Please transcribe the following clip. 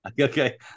okay